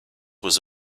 was